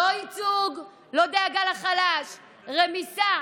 לא ייצוג, לא דאגה לחלש, רמיסה.